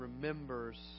remembers